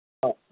ꯑꯥ